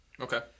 Okay